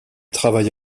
travaille